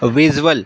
visual